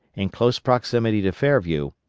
in close proximity to fairview,